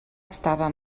estava